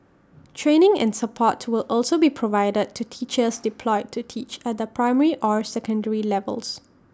training and support will also be provided to teachers deployed to teach at the primary or secondary levels